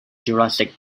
jurassic